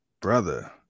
Brother